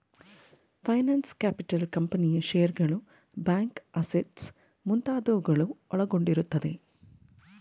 finance capital ಕಂಪನಿಯ ಶೇರ್ಸ್ಗಳು, bank assets ಮುಂತಾದವುಗಳು ಒಳಗೊಂಡಿರುತ್ತದೆ